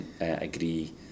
agree